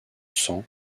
sang